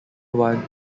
one